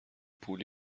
پول